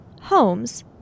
Holmes